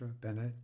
Bennett